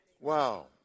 Wow